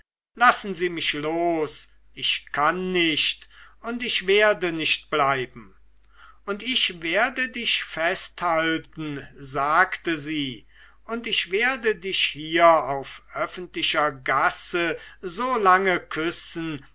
lassen sie mich los ich kann nicht und ich werde nicht bleiben und ich werde dich festhalten sagte sie und ich werde dich hier auf öffentlicher straße so lange küssen